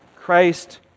Christ